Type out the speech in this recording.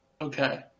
Okay